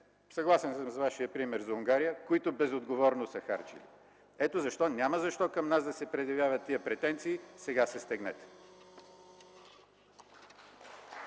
съгласен съм с Вашия пример за Унгария, които безотговорно са харчили. Ето защо, няма защо да се предявяват тези претенции, сега се стегнете.